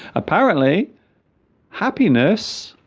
apparently happiness